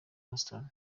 houston